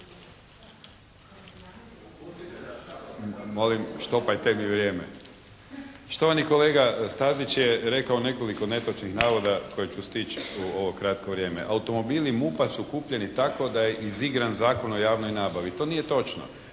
Molim, štopajte mi vrijeme. Štovani kolega Stazić je rekao nekoliko netočnih navoda koje ću stići u ovo kratko vrijeme. Automobili MUP-a su kupljeni tako da je izigran Zakon o javnoj nabavi. To nije točno.